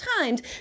times